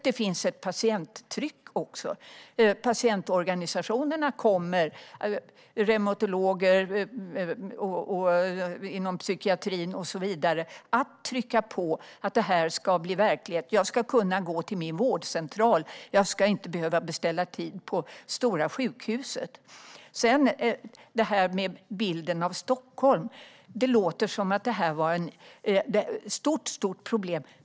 Det finns också ett patienttryck. Patientorganisationerna - reumatiker, inom psykiatrin och så vidare - kommer att trycka på för att det här ska bli verklighet. Jag ska kunna gå till min vårdcentral; jag ska inte behöva beställa tid på stora sjukhuset. När det gäller bilden av Stockholm låter det som att det här är ett stort problem.